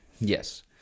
Yes